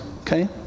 okay